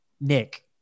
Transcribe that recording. Nick